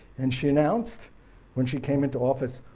and she announced when she came into office,